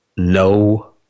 No